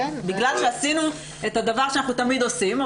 בגלל שעשינו את הדבר שאנחנו תמיד עושים,